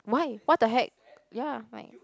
why what the heck ya like